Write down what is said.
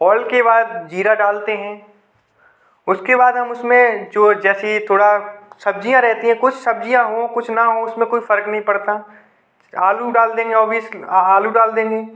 oil के बाद जीरा डालते हैं उसके बाद हम उसमें जो जैसी थोड़ा सब्जियाँ रहती हैं कुछ सब्जियाँ हों कुछ ना हों उसमें कोई फर्क नहीं पड़ता आलू डाल देंगे ओबियस आलू डाल देंगे